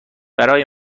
برای